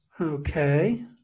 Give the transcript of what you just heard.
Okay